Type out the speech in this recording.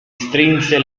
strinse